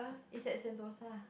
it's at Sentosa